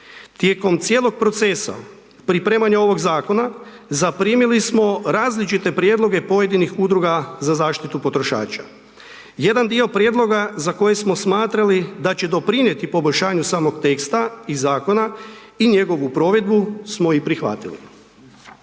Tijekom cijelog procesa pripremanja ovog zakona zaprimili smo različite prijedloge pojedinih udruga za zaštitu potrošača. Jedan dio prijedloga za koji smo smatrali da će doprinijeti poboljšanju samog teksta i zakona i njegovu provedbu smo i prihvatili.